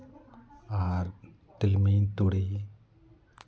ᱟᱨ ᱛᱤᱞᱢᱤᱧ ᱛᱩᱲᱤ